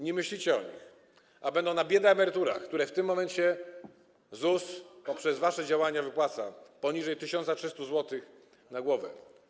Nie myślicie o nich, a będą na biedaemeryturach, które w tym momencie ZUS, przez wasze działania, wypłaca - poniżej 1300 zł na głowę.